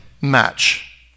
match